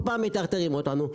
כל פעם מטרטרים אותנו.